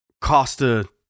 Costa